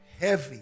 heavy